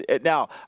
Now